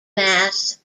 mass